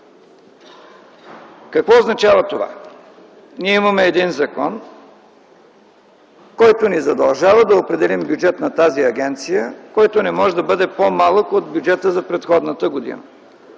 Какво означава това? Ние имаме един закон, който ни задължава да определим бюджета на тази агенция, който не може да бъде по-малък от бюджета за предходната година.